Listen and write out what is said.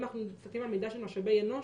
אם אנחנו מסתכלים על מידע של משאבי אנוש,